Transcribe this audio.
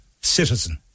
citizen